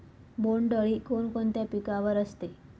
बोंडअळी कोणकोणत्या पिकावर असते?